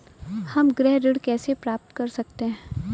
हम गृह ऋण कैसे प्राप्त कर सकते हैं?